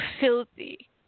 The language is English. filthy